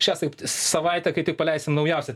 šią savaitę kaip tik paleisim naujausią